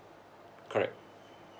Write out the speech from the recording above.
correct